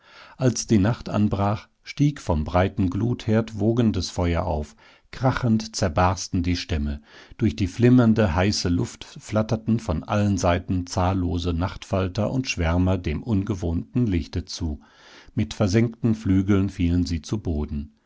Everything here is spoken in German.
als die nacht anbrach stieg vom breiten glutherd wogendes feuer auf krachend zerbarsten die stämme durch die flimmernde heiße luft flatterten von allen seiten zahllose nachtfalter und schwärmer dem ungewohnten lichte zu mit versengten flügeln fielen sie zu boden